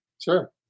Sure